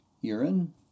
urine